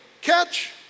catch